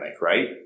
right